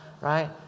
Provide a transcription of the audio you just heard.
right